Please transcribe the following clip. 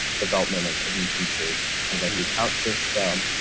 development of of new features, kind of like the count system,